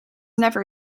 never